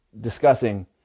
discussing